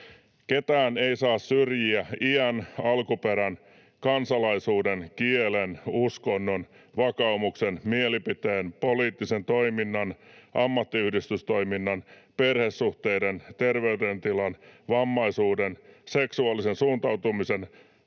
”Ketään ei saa syrjiä iän, alkuperän, kansalaisuuden, kielen, uskonnon, vakaumuksen, mielipiteen, poliittisen toiminnan, ammattiyhdistystoiminnan, perhesuhteiden, terveydentilan, vammaisuuden, seksuaalisen suuntautumisen